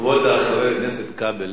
כבוד חבר הכנסת כבל